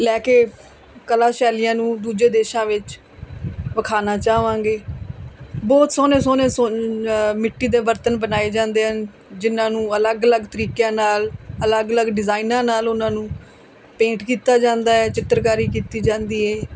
ਲੈ ਕੇ ਕਲਾ ਸ਼ੈਲੀਆਂ ਨੂੰ ਦੂਜੇ ਦੇਸ਼ਾਂ ਵਿੱਚ ਵਿਖਾਉਣਾ ਚਾਹਵਾਂਗੇ ਬਹੁਤ ਸੋਹਣੇ ਸੋਹਣੇ ਸੋ ਮਿੱਟੀ ਦੇ ਬਰਤਨ ਬਣਾਏ ਜਾਂਦੇ ਹਨ ਜਿਹਨਾਂ ਨੂੰ ਅਲੱਗ ਅਲੱਗ ਤਰੀਕਿਆਂ ਨਾਲ ਅਲੱਗ ਅਲੱਗ ਡਿਜ਼ਾਈਨਾਂ ਨਾਲ ਉਹਨਾਂ ਨੂੰ ਪੇਂਟ ਕੀਤਾ ਜਾਂਦਾ ਹੈ ਚਿੱਤਰਕਾਰੀ ਕੀਤੀ ਜਾਂਦੀ ਹੈ